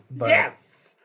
Yes